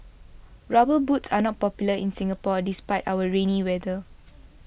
rubber boots are not popular in Singapore despite our rainy weather